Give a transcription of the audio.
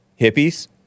Hippies